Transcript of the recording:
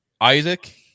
Isaac